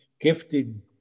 gifted